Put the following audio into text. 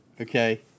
okay